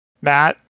Matt